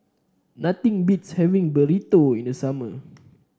nothing beats having Burrito in the summer